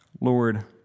Lord